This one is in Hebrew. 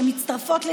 שמצטרפות,